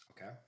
Okay